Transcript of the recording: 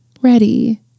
ready